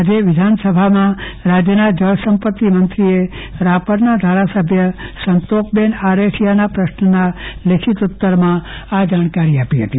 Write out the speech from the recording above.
આજે વિધાનસભામાં રાજ્યના જળસંપતિ મંત્રીએ રાપરના ધારાસભ્ય સંતોકબેન આરેઠીયાના પ્રશ્નના લેખિતમાં ઉત્તરમાં આ જાણકારી આપી હતી